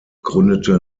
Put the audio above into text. gründete